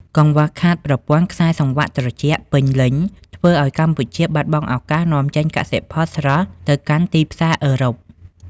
កង្វះខាត "ប្រព័ន្ធខ្សែសង្វាក់ត្រជាក់" ពេញលេញ ធ្វើឱ្យកម្ពុជាបាត់បង់ឱកាសនាំចេញកសិផលស្រស់ទៅកាន់ទីផ្សារអឺរ៉ុប។